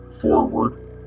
forward